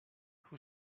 who